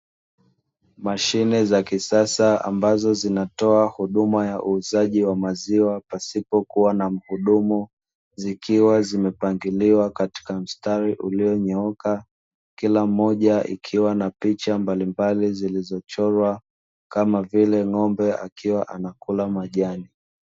Mashine za kisasa ambazo zinatoa huduma ya uuzaji wa maziwa pasipokuwa na mhudumu, zikiwa zimepangiliwa katika mstari ulionyooka kila moja ikiwa na picha mbalimbali zilizochorwa kama vile ng'ombe akiwa anakula majani.